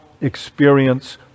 experience